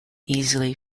easily